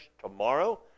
tomorrow